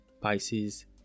Pisces